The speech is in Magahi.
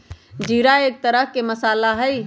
जीरा एक तरह के मसाला हई